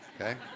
okay